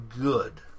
good